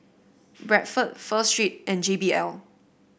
Bradford Pho Street and J B L